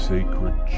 Sacred